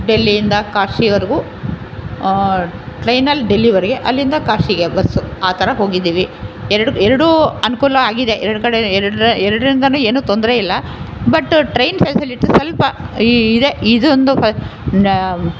ಡೆಲ್ಲಿಯಿಂದ ಕಾಶಿವರೆಗೂ ಟ್ರೈನಲ್ಲಿ ಡೆಲ್ಲಿವರೆಗೆ ಅಲ್ಲಿಂದ ಕಾಶಿಗೆ ಬಸ್ಸು ಆ ಥರ ಹೋಗಿದ್ದೀವಿ ಎರಡು ಎರಡು ಅನುಕೂಲ ಆಗಿದೆ ಎರಡು ಕಡೆ ಎರಡ್ರ ಎರಡ್ರಿಂದಲೂ ಏನೂ ತೊಂದರೆ ಇಲ್ಲ ಬಟ್ ಟ್ರೈನ್ ಫೆಸಿಲಿಟಿ ಸ್ವಲ್ಪ ಇದೆ ಇದೊಂದು ಫ ನಾ